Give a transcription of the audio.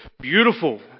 beautiful